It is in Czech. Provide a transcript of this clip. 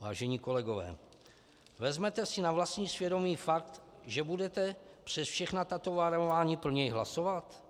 Vážení kolegové, vezmete si na vlastní svědomí fakt, že budete přes všechna tato varování pro něj hlasovat?